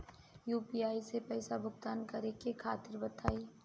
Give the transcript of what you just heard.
UPI से पईसा भुगतान करे के तरीका बताई?